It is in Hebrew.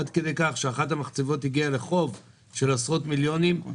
עד כדי כך שאחת המחצבות הגיעה לחוב של עשרות מיליונים.